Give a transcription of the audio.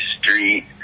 street